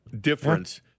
difference